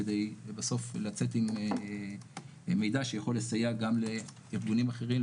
כדי בסוף לצאת עם מידע שיכול לסייע גם לארגונים אחרים,